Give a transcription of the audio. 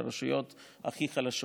לרשויות הכי חלשות.